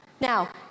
Now